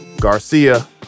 Garcia